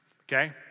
okay